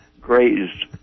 grazed